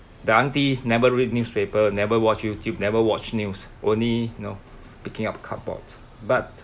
the aunty never read newspaper never watch YouTube never watch news only you know picking up cardboard but